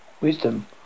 wisdom